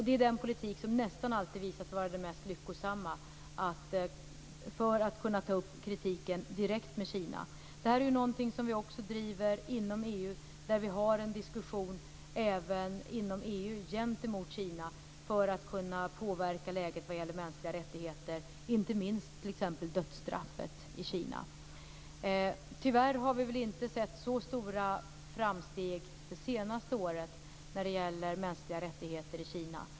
Det är den politik som nästan alltid visar sig vara den mest lyckosamma för att kunna ta upp kritiken direkt med Kina. Detta är någonting som vi också driver inom EU där vi för en diskussion gentemot Kina för att kunna påverka läget för mänskliga rättigheter, inte minst när det gäller dödsstraffet i Kina. Tyvärr har vi inte under det senaste året sett så stora framsteg för mänskliga rättigheter i Kina.